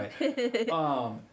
right